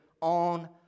on